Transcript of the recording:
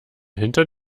hinter